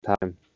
time